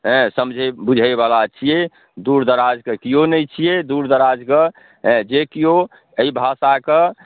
अँए समझै बुझैवला छिए दूरदराजके केओ नहि छिए दूरदराजके जे केओ एहि भाषाके